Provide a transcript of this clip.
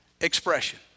expression